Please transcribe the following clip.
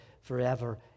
forever